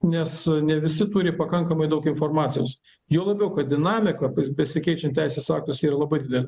nes ne visi turi pakankamai daug informacijos juo labiau kad dinamika pas besikeičiant teisės aktams yra labai didelė